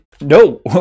No